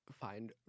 find